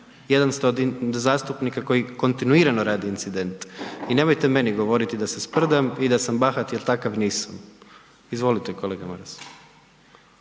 Jedan ste od zastupnika koji kontinuirano radi incidente. I nemojte meni govoriti da se sprdam i da sam bahat jer takav nisam. Izvolite kolega Maras.